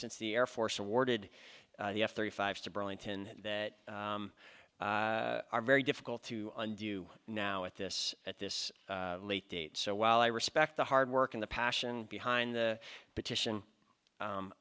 since the air force awarded the f thirty five to burlington that are very difficult to undo now at this at this late date so while i respect the hard work in the passion behind the petition